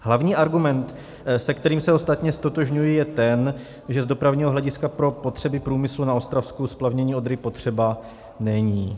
Hlavní argument, se kterým se ostatně ztotožňuji, je ten, že z dopravního hlediska pro potřeby průmyslu na Ostravsku splavnění Odry potřeba není.